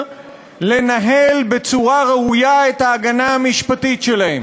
לנהל בצורה ראויה את ההגנה המשפטית שלהם.